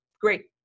Great